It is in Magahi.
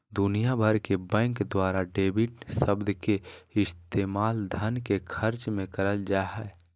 दुनिया भर के बैंक द्वारा डेबिट शब्द के इस्तेमाल धन के खर्च मे करल जा हय